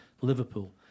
Liverpool